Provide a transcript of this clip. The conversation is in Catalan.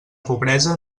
pobresa